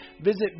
visit